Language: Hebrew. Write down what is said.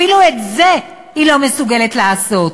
אפילו את זה היא לא מסוגלת לעשות.